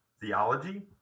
theology